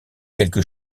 quelque